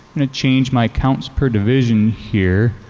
and change my accounts per division here.